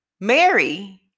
Mary